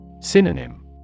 Synonym